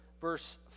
verse